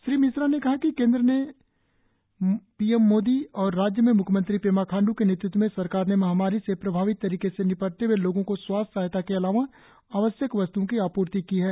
श्री मिश्रा ने कहा कि केंद्र में पी एम मोदी और राज्य में म्ख्यमंत्री पेमा खांड् की नेतृत्व में सरकार ने महामारी से प्रभावी तरीके से निपटते हुए लोगो को स्वास्थ्य सहायता के अलावा आवश्यक वस्त्ओ की आपूर्ती की है